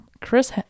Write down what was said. Chris